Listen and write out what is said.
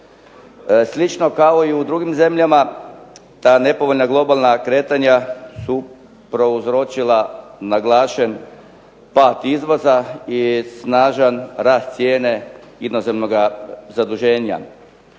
Slično kao i u drugim zemljama, ta nepovoljna globalna kretanja su prouzročila naglašen pad izvoza, i snažan rast cijene inozemnoga zaduženja,